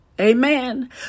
Amen